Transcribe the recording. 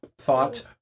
thought